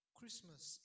Christmas